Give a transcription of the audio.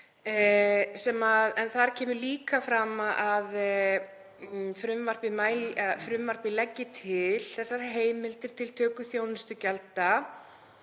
Þar kemur líka fram að frumvarpið leggi til þessar heimildir til töku þjónustugjalda